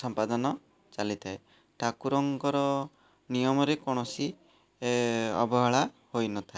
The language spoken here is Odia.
ସମ୍ପାଦନ ଚାଲିଥାଏ ଠାକୁରଙ୍କର ନିୟମରେ କୌଣସି ଅବହେଳା ହୋଇନଥାଏ